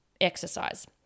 exercise